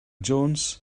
jones